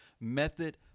method